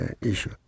issue